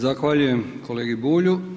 Zahvaljujem kolegi Bulju.